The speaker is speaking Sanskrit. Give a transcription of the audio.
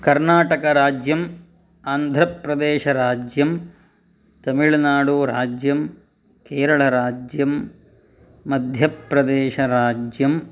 कर्णाटकराज्यम् आन्ध्रप्रदेशराज्यं तमिलनाडुराज्यं केरलराज्यं मध्यप्रदेशराज्यं